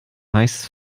heißes